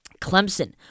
Clemson